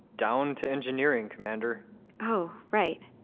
down to engineering, commander oh, right.